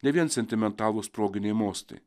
ne vien sentimentalūs proginiai mostai